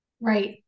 Right